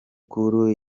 cool